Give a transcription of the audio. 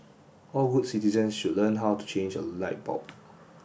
all good citizens should learn how to change a light bulb